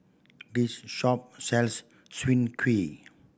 this shop sells Soon Kuih